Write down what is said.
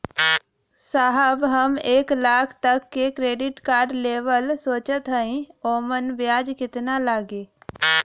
साहब हम एक लाख तक क क्रेडिट कार्ड लेवल सोचत हई ओमन ब्याज कितना लागि?